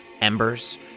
Embers